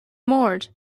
mbord